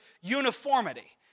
uniformity